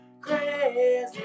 crazy